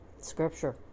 scripture